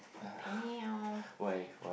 damn